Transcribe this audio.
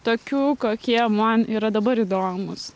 tokių kokie man yra dabar įdomūs